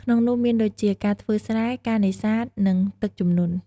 ក្នុងនោះមានដូចជា ការធ្វើស្រែ ការនេសាទ និង ទឹកជំនន់។